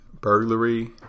Burglary